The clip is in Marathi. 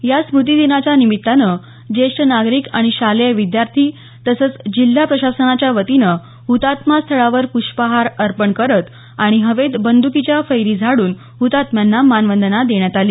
या स्मृतीदिवसाच्या निमित्तानं ज्येष्ठ नागरीक आणि शालेय विद्यार्थी तसंच जिल्हा प्रशासनाच्या वतीनं हुतात्मा स्थळावर पृष्पहार अर्पण करत आणि हवेत बंदुकीच्या फैरी झाडून हुतात्म्यांना मानवंदना देण्यात आली